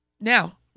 Now